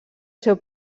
seu